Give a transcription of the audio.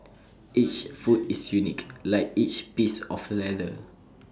each foot is unique like each piece of leather